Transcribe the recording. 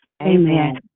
Amen